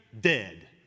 dead